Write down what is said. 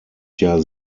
jahr